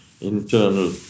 internal